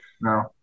No